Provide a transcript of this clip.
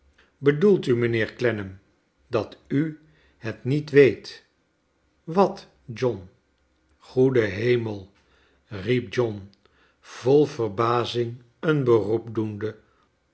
bedoelt u mijnheer clennam dat u het niet weet wat john goede hemel riep john vol ver bazing een beroep doende